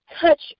touch